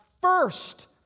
first